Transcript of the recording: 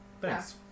Thanks